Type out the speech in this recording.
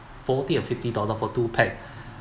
forty or fifty dollar for two pack